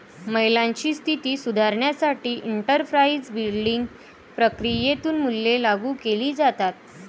महिलांची स्थिती सुधारण्यासाठी एंटरप्राइझ बिल्डिंग प्रक्रियेतून मूल्ये लागू केली जातात